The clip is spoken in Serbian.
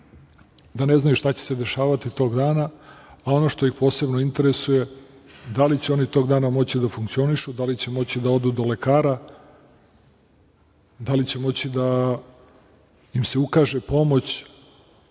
da ne znaju šta će se dešavati toga dana. Ono što ih posebno interesuje, da li će oni toga dana moći da funkcionišu, da li će moći da odu do lekara, da li će moći da im se ukaže pomoć,